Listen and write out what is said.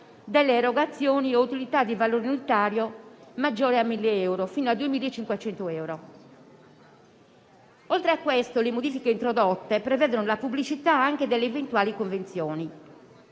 delle erogazioni o utilità di valore unitario maggiore di 1.000 euro e fino a 2.500 euro. Oltre a questo, le modifiche introdotte prevedono la pubblicità anche delle eventuali convenzioni.